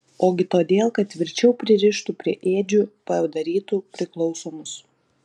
ogi todėl kad tvirčiau pririštų prie ėdžių padarytų priklausomus